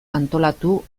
antolatu